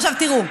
עכשיו תראו,